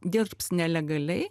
dirbs nelegaliai